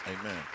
Amen